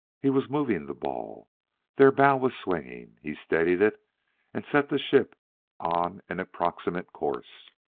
he was moving the ball their bow was swinging. he steadied it and set the ship on an approximate course.